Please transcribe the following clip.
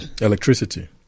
Electricity